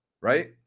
right